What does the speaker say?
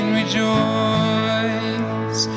rejoice